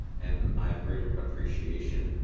and i have great appreciation.